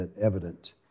evident